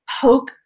poke